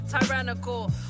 tyrannical